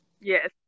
Yes